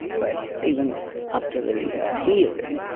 but even up to the hearing,